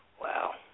wow